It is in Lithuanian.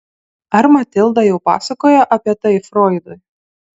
ar matilda jau papasakojo apie tai froidui